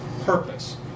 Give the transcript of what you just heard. purpose